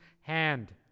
hand